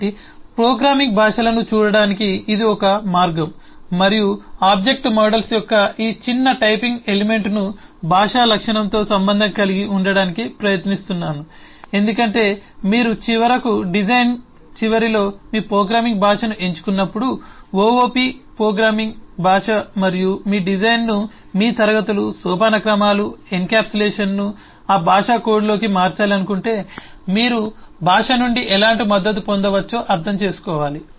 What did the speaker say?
కాబట్టి ప్రోగ్రామింగ్ భాషలను చూడటానికి ఇది ఒక మార్గం మరియు ఆబ్జెక్ట్ మోడల్స్ యొక్క ఈ చిన్న టైపింగ్ ఎలిమెంట్ను భాషా లక్షణంతో సంబంధం కలిగి ఉండటానికి ప్రయత్నిస్తున్నాను ఎందుకంటే మీరు చివరకు డిజైన్ చివరిలో మీ ప్రోగ్రామింగ్ భాషను ఎంచుకున్నప్పుడు OOP ప్రోగ్రామింగ్ భాష మరియు మీ డిజైన్ను మీ తరగతులు సోపానక్రమాలు ఎన్క్యాప్సులేషన్నుhierarchies encapsulation ఆ భాషా కోడ్లోకి మార్చాలనుకుంటే మీరు భాష నుండి ఎలాంటి మద్దతు పొందవచ్చో అర్థం చేసుకోవాలి